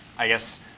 i guess,